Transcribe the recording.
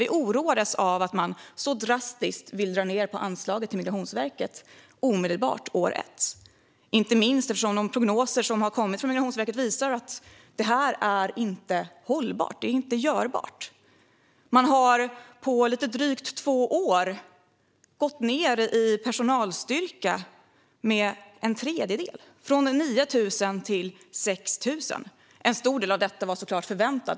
Vi oroades över att de så drastiskt vill dra ned på anslaget till Migrationsverket omedelbart år ett, inte minst eftersom de prognoser som har kommit från Migrationsverket visar att detta inte är hållbart och görligt. Migrationsverket har på lite drygt två år minskat personalstyrkan med en tredjedel, från 9 000 till 6 000. En stor del var såklart förväntad.